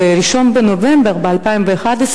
ב-1 בנובמבר 2011,